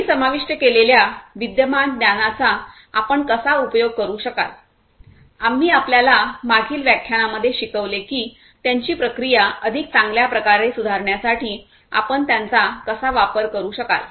आम्ही समाविष्ट केलेल्या विद्यमान ज्ञानाचा आपण कसा उपयोग करू शकाल आम्ही आपल्याला मागील व्याख्यानांमध्ये शिकवले की त्यांची प्रक्रिया अधिक चांगल्या प्रकारे सुधारण्यासाठी आपण त्यांचा कसा वापर करू शकाल